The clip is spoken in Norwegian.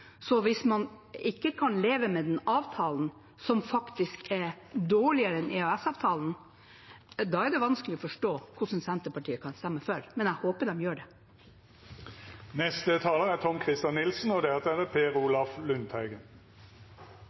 leve med denne avtalen, som faktisk er dårligere enn EØS-avtalen, er det vanskelig å forstå hvordan Senterpartiet kan stemme for, men jeg håper de gjør det. På tampen av denne debatten finner jeg behov for å si på vegne av Høyre at denne avtalen inngås i god tro. Det